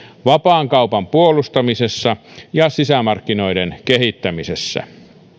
vapaan kaupan puolustamisessa ja sisämarkkinoiden kehittämisessä